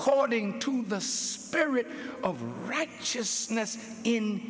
cording to the spirit of